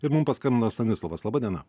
ir mum paskambino stanislovas laba diena